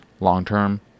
long-term